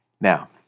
Now